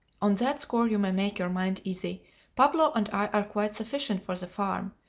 on that score you may make your mind easy pablo and i are quite sufficient for the farm,